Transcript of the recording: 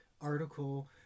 article